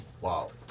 wow